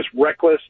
reckless